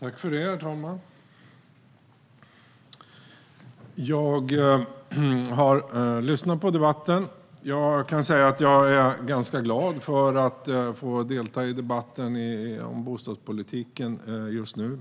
Herr talman! Jag har lyssnat på debatten. Jag är ganska glad för att få delta i debatten om bostadspolitiken just nu.